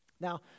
Now